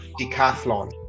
decathlon